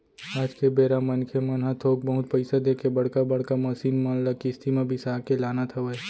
आज के बेरा मनखे मन ह थोक बहुत पइसा देके बड़का बड़का मसीन मन ल किस्ती म बिसा के लानत हवय